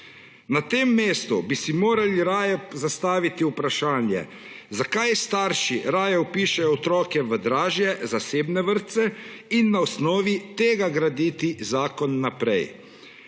Na tem mestu bi si morali raje zastaviti vprašanje, zakaj starši raje vpišejo otroke v dražje zasebne vrtce, in na osnovi tega graditi zakon naprej.